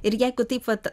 ir jeigu taip vat